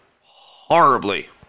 horribly